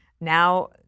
Now